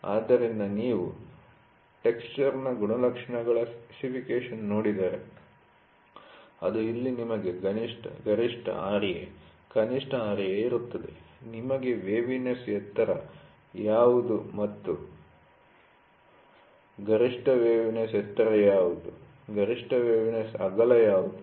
ಆದ್ದರಿಂದ ನೀವು ಟೆಕ್ಸ್ಚರ್'ನ ಗುಣಲಕ್ಷಣಗಳ ಸ್ಪೆಸಿಫಿಕೇಶನ್ ನೋಡಿದರೆ ಅದು ಇಲ್ಲಿ ನಿಮಗೆ ಗರಿಷ್ಠ Ra ಕನಿಷ್ಠ Ra ಇರುತ್ತದೆ ನಿಮಗೆ ವೇವಿನೆಸ್ ಎತ್ತರ ಯಾವುದು ಗರಿಷ್ಠ ವೇವಿನೆಸ್ ಎತ್ತರ ಯಾವುದು ಗರಿಷ್ಠ ವೇವಿನೆಸ್ ಅಗಲ ಯಾವುದು